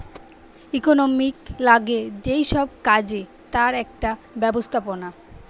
economics লাগে যেই সব কাজে তার একটা ব্যবস্থাপনা